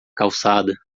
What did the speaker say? calçada